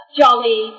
jolly